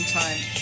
time